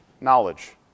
Knowledge